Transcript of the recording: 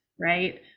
right